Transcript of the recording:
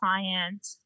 client